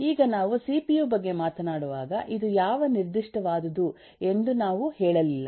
ಈಗ ನಾವು ಸಿಪಿಯು ಬಗ್ಗೆ ಮಾತನಾಡುವಾಗ ಇದು ಯಾವ ನಿರ್ದಿಷ್ಟವಾದುದು ಎಂದು ನಾವು ಹೇಳಲಿಲ್ಲ